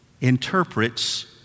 interprets